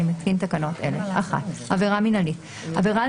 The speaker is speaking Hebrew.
אני מתקין תקנות אלה: עבירה מינהלית עבירה